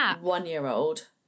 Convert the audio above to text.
one-year-old